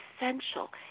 essential